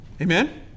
Amen